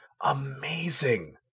amazing